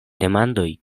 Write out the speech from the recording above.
demandoj